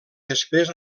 després